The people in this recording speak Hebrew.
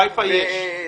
Wi-Fi יש.